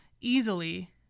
easily